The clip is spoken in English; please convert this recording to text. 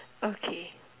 okay